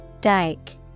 dike